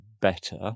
better